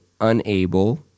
unable